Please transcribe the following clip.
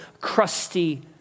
crusty